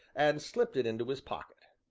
and slipped it into his pocket.